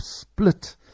split